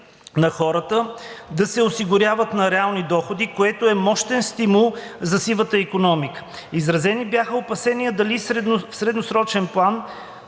на хората да се осигуряват на реални доходи, което е мощен стимул за сивата икономика. Изразени бяха опасения дали в средносрочен план